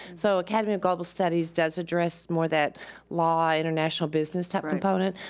so, academy of global studies does address more that law, international business type component,